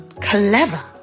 Clever